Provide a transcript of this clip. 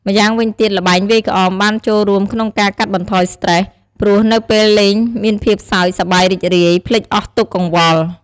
ម្យ៉ាងវិញទៀតល្បែងវាយក្អមបានចូលរួមក្នុងការកាត់បន្ថយស្ត្រេស ព្រោះនៅពេលលេងមានភាពសើចសប្បាយរីករាយភ្លេចអស់ទុក្ខកង្វល់។